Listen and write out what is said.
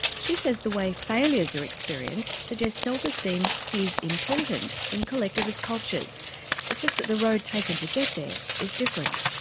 she says the way failures are experienced suggests self-esteem is important in collectivist cultures it's just that the road taken to get there is different.